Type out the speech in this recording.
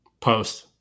Post